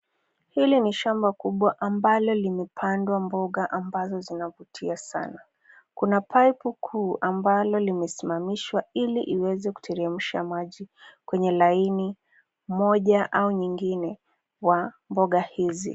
Hili ni shamba kubwa ambalo limepandwa mboga ambazo zinavutia sana. Kuna paipu kuu ambalo limesimamishwa ili iweze kuteremsha maji kwenye laini moja au nyingine wa mboga hizi.